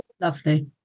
Lovely